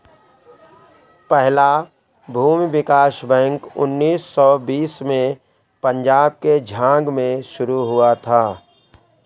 पहला भूमि विकास बैंक उन्नीस सौ बीस में पंजाब के झांग में शुरू हुआ था